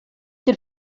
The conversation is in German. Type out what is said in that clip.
der